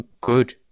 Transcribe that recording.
good